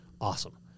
Awesome